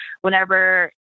whenever